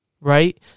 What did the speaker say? Right